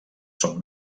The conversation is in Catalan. són